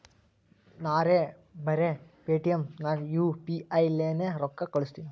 ನಾರೇ ಬರೆ ಪೇಟಿಎಂ ನಾಗ್ ಯು ಪಿ ಐ ಲೇನೆ ರೊಕ್ಕಾ ಕಳುಸ್ತನಿ